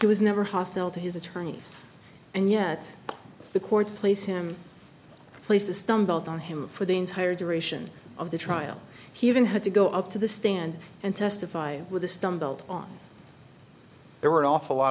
he was never hostile to his attorneys and yet the court placed him places stumbled on him for the entire duration of the trial he even had to go up to the stand and testify with the stumbled on there were an awful lot